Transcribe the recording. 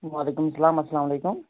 وعلیکم اسلام اسلامُ علیکم